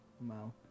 Wow